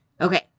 Okay